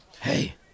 Hey